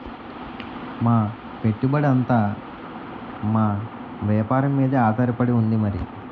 మా పెట్టుబడంతా మా వేపారం మీదే ఆధారపడి ఉంది మరి